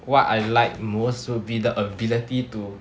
what I like most would be the ability to